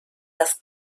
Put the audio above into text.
das